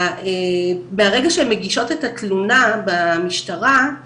מהרגע שהן מגישות את התלונה במשטרה,